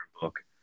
book